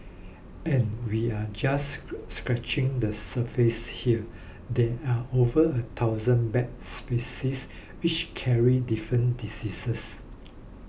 and we are just scratching the surface here there are over a thousand bat species each carrying different diseases